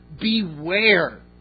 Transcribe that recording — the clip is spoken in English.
Beware